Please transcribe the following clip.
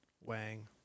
Wang